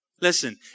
Listen